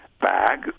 bag